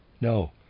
No